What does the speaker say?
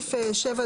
בסעיף קטן